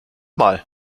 mal